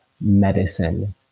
medicine